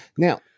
Now